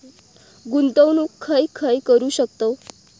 गुंतवणूक खय खय करू शकतव?